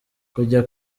kujya